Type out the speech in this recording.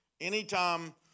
Anytime